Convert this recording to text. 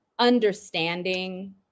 Understanding